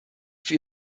für